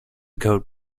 coat